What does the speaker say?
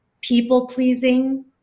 people-pleasing